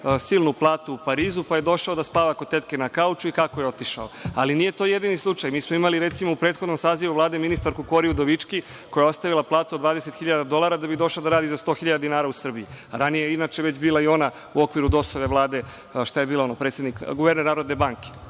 silnu platu u Parizu pa je došao da spava kod tetke na kauču i kako je otišao, ali nije to jedini slučaj. Mi smo imali recimo u prethodnom sazivu ministarku Kori Udovički koja je ostavila platu od 20 hiljada dolara da bi došla da radi za 100 hiljada dinara u Srbiji, a ranije je inače već bila i ona u okviru DOS-ove vlade guverner NBS.